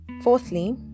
Fourthly